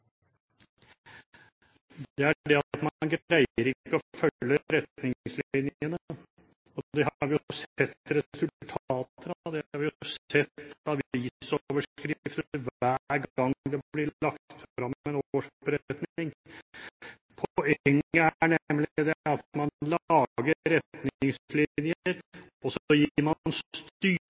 er at man ikke greier å følge retningslinjene. Det har vi jo sett resultater av, og det har vi sett avisoverskrifter om hver gang det blir lagt frem en årsberetning. Poenget er nemlig det at man